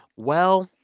well,